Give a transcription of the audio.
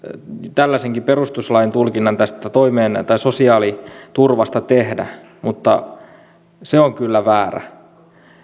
tällaisenkin perustuslain tulkinnan sosiaaliturvasta tehdä mutta se on kyllä väärä